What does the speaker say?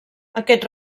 aquest